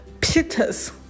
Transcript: Peters